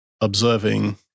observing